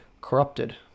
Corrupted